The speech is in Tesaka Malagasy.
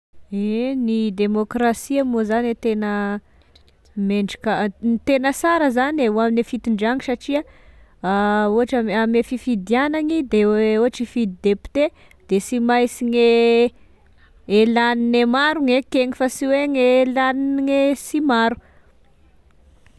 E, ny demôkrasia moa zany e tegna, no tegna sara zany hoane fitondrana satria ny ame fifidianany de ohatry hifidy depiote de sy mainsy gne e lanine maro gn'ekegny, fa sy gne lagnigne sy maro.